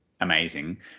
amazing